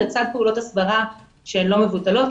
לצד פעולות הסברה שהן לא מבוטלות,